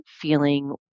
feeling